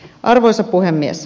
arvoisa puhemies